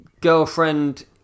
girlfriend